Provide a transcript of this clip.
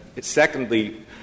secondly